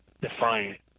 defiant